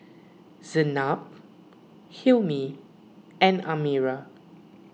Zaynab Hilmi and Amirah